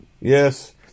yes